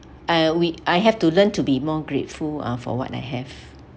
uh we I have to learn to be more grateful uh for what I have